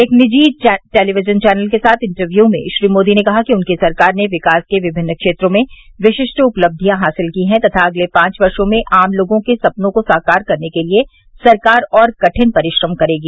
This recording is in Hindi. एक निजी टेलीविजन चैनल के साथ इंटरव्यू में श्री मोदी ने कहा कि उनकी सरकार ने विकास के विभिन्न क्षेत्रों में विशिष्ट उपलब्धियां हासिल की हैं तथा अगले पांच वर्षो में आम लोगों के सपनों को साकार करने के लिये सरकार और कठिन परिश्रम करेगी